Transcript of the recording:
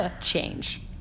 Change